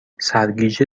سرگیجه